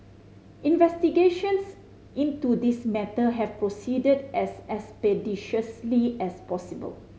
investigations into this matter have proceeded as expeditiously as possible